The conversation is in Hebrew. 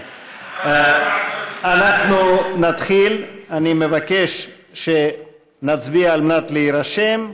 אני מבקש שנצביע על מנת להירשם,